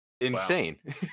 insane